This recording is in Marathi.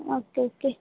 ओके ठीक आहे